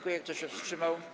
Kto się wstrzymał?